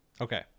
okay